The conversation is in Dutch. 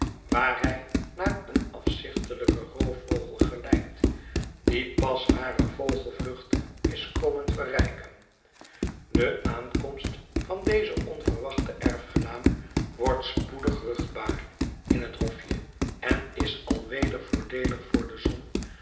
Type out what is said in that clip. waar hij naar een afzichtelijken roofvogel gelijkt die pas hare vogelvlucht is komen verrijken de aankomst van dezen onverwachten erfgenaam wordt spoedig ruchtbaar in het hofje en is alweder voordeelig voor de zon